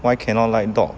why cannot like dog